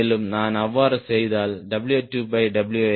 மேலும் நான் அவ்வாறு செய்தால் W2W1 ஐ 0